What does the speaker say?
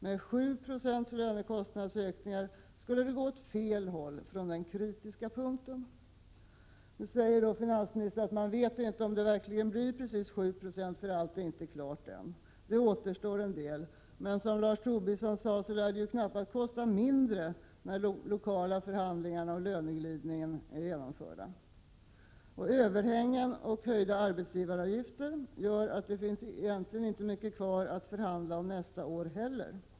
Med 7 96 lönekostnadsökningar skulle det gå åt fel håll från den kritiska punkten. Nu säger finansministern att man inte vet om det verkligen blir 7 96, för allt är inte klart än. Det återstår en del. Men som Lars Tobisson sade lär det knappast kosta mindre när de lokala förhandlingarna är genomförda och löneglidningen kan beräknas. Överhäng och höjda arbetsgivaravgifter gör att det egentligen inte finns mycket kvar att förhandla om nästa år heller.